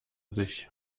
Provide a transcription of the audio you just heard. sich